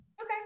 Okay